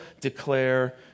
declare